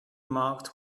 marked